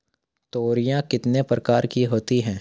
तोरियां कितने प्रकार की होती हैं?